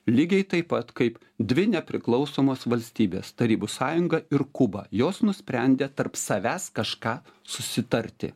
lygiai taip pat kaip dvi nepriklausomos valstybės tarybų sąjunga ir kuba jos nusprendė tarp savęs kažką susitarti